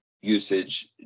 usage